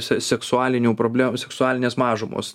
se seksualinių problem seksualinės mažumos